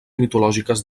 mitològiques